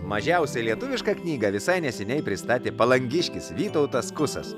mažiausią lietuvišką knygą visai neseniai pristatė palangiškis vytautas kusas